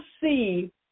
see